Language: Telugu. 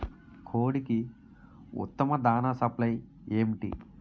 కోడికి ఉత్తమ దాణ సప్లై ఏమిటి?